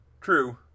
True